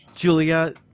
Julia